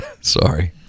Sorry